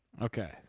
Okay